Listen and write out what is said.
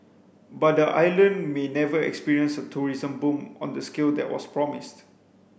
but the island may never experience a tourism boom on the scale that was promised